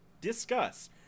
Discuss